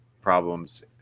problems